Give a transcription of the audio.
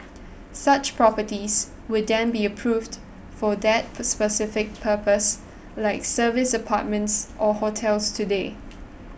such properties would then be approved for that specific purpose like service apartments or hotels today